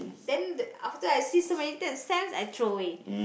then after I see so many stamps I throw away